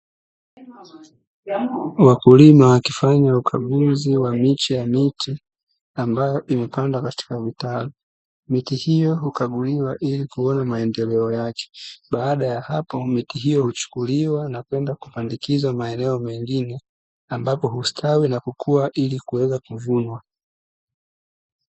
Wakulima wakifanya ukaguzi wa miche ya miti ambayo imepandwa katika mitaro. Miti hiyo hukaguliwa ili kuona maendeleo yake, baada ya hapo miti hiyo huchukuliwa na kwenda kupandikizwa maeneo mengine ambapo hustawi na kukua ili kuweza kuvunwa.